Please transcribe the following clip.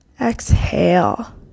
Exhale